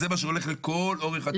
זה מה שהולך לכל אורך הדרך.